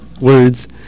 words